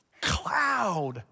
Cloud